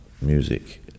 music